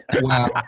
Wow